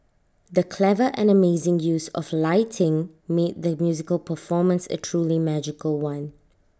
the clever and amazing use of lighting made the musical performance A truly magical one